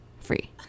free